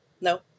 no